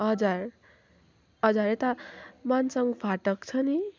हजुर हजुर यता मन्सङ फाटक छ नि